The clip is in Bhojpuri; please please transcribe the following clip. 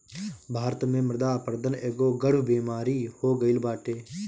भारत में मृदा अपरदन एगो गढ़ु बेमारी हो गईल बाटे